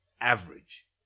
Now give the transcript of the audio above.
Average